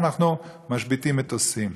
אנחנו משביתים מטוסים,